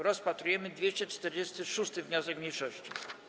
Rozpatrujemy 246. wniosek mniejszości.